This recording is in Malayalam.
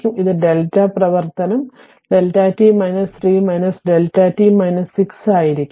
ഇത് Δ പ്രവർത്തനം Δ t 3 Δ t 6 ആയിരിക്കും ശരി